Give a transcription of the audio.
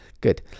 good